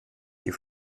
die